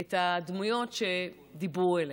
את הדמויות שדיברו אליהן,